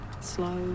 Slow